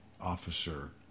officer